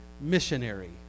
missionary